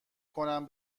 کنم